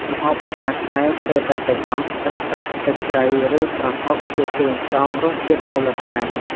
ម្ហូបអាហារខ្មែរស្ទើរតែទាំងអស់ប្រើប្រាស់ ទឹកត្រី ឬប្រហុកជាគ្រឿងផ្សំរសជាតិមូលដ្ឋាន។